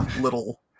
little